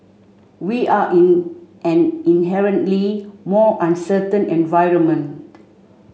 we are in an inherently more uncertain environment